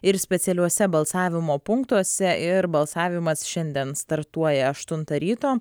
ir specialiuose balsavimo punktuose ir balsavimas šiandien startuoja aštuntą ryto